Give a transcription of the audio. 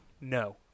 No